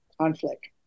conflict